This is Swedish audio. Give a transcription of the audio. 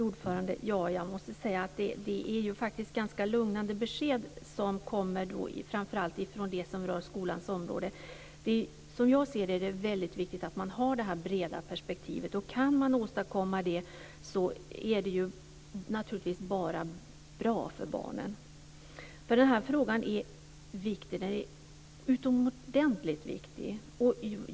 Fru talman! Jag måste säga att det kommer ganska lugnande besked, framför allt när det gäller det som rör skolans område. Som jag ser det är det viktigt att man har det här breda perspektivet. Det är naturligtvis bara bra för barnen om man kan åstadkomma det. Den här frågan är utomordentligt viktig.